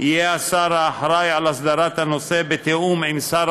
המוסד הזה נמצא בשטח